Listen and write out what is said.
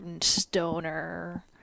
stoner